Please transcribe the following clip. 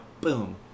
boom